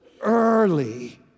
early